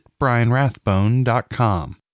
brianrathbone.com